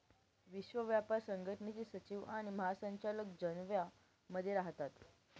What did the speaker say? विश्व व्यापार संघटनेचे सचिव आणि महासंचालक जनेवा मध्ये राहतात